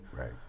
right